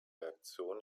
reaktion